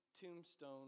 tombstone